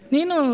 Nino